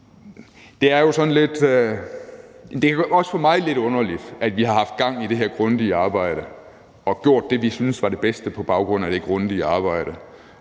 ikke gik videre med. Det er også for mig lidt underligt, at vi har haft gang i det her grundige arbejde og gjort det, vi syntes var det bedste, på baggrund af det grundige arbejde,